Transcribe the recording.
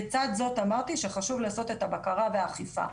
לצד זאת אמרתי שחשוב לעשות את הבקרה והאכיפה.